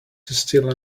still